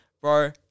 Bro